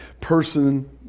person